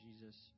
Jesus